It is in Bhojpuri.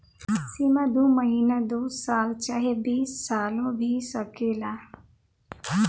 सीमा दू महीना दू साल चाहे बीस सालो भी सकेला